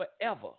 forever